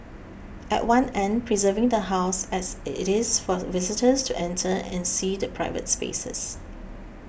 at one end preserving the House as it is for visitors to enter and see the private spaces